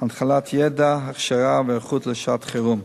הנחלת ידע, הכשרה והיערכות לשעת-חירום.